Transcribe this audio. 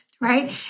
right